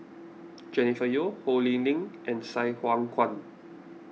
Jennifer Yeo Ho Lee Ling and Sai Hua Kuan